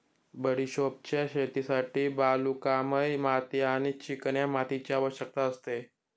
बडिशोपच्या शेतीसाठी वालुकामय माती आणि चिकन्या मातीची आवश्यकता असते